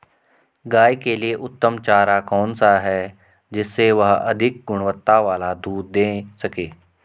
गाय के लिए उत्तम चारा कौन सा है जिससे वह अधिक गुणवत्ता वाला दूध दें सके?